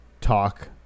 talk